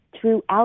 throughout